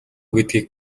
гэдгийг